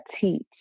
teach